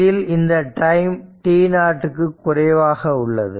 இதில் இந்த time t0 இக்கு குறைவாக உள்ளது